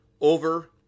over